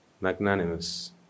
magnanimous